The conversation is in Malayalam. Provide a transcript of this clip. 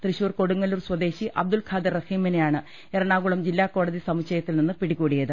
തൃശൂർ കൊടുങ്ങല്ലൂർ സ്വദേശി അബ്ദുൽ ഖാദർ റഹീമിനെയാണ് എറണാകുളം ജില്ലാ കോടതി സമുച്ചയത്തിൽനിന്ന് പിടികൂടിയത്